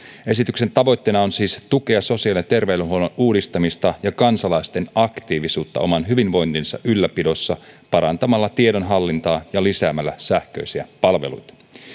esityksen tavoitteena on siis tukea sosiaali ja terveydenhuollon uudistamista ja kansalaisten aktiivisuutta oman hyvinvointinsa ylläpidossa parantamalla tiedonhallintaa ja lisäämällä sähköisiä palveluita